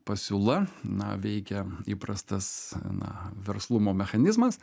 pasiūla na veikia įprastas na verslumo mechanizmas